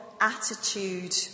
attitude